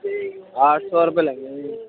آٹھ سو روپے لگیں گے